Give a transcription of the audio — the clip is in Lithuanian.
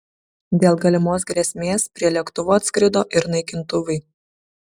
dėl galimos grėsmės prie lėktuvo atskrido ir naikintuvai